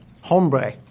Hombre